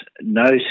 no